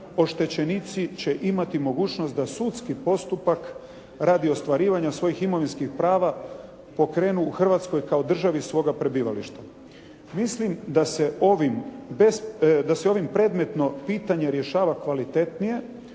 oštećenici će imati mogućnost da sudski postupak radi ostvarivanja svojih imovinskih prava pokrenu u Hrvatskoj kao državi svoga prebivališta. Mislim da se ovim predmetno pitanje rješava kvalitetnije